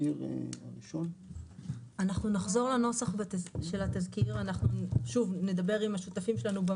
אנחנו נחזור לנוסח של התזכיר ונדבר עם השותפים שלנו.